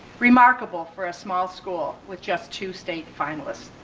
remarkable for a small school with just two state finalists.